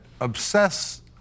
obsess